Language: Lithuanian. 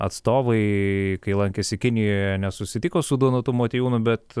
atstovai kai lankėsi kinijoje nesusitiko su donatu motiejūnu bet